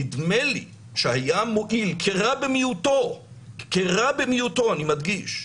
נדמה לי שהיה מועיל, כרע במיעוטו, אני מדגיש,